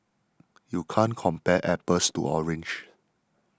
you can't compare apples to oranges